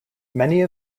many